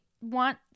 want